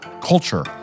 culture